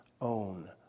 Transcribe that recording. own